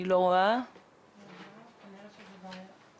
אני רוצה לברך על פגישת המעקב.